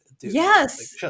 yes